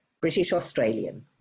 British-Australian